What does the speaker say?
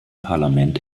parlament